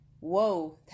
whoa